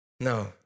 No